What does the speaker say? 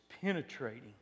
penetrating